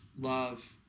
love